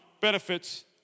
benefits